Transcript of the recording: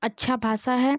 अच्छी भाषा है